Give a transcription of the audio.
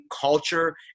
culture